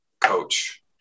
coach